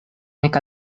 nek